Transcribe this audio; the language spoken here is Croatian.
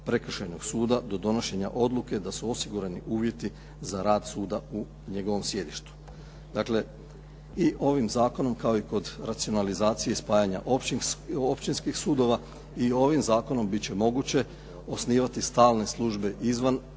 prekršajnog suda do donošenja odluke da su osigurani uvjeti za rad suda u njegovom sjedištu. Dakle, i ovim zakonom kao i kod racionalizacije i spajanje općinskih sudova i ovim zakonom biti će moguće osnivati stalne službe izvan